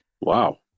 wow